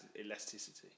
elasticity